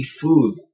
food